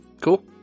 Cool